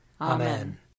Amen